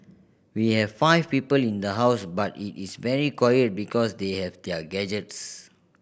we have five people in the house but it is very quiet because they have their gadgets